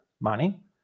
money